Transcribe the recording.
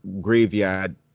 graveyard